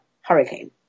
Hurricane